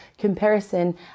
comparison